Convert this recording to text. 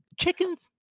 chickens